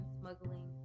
smuggling